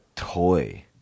toy